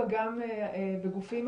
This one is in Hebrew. הייתה טעות בהקלדת מספר טלפון'.